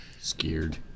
scared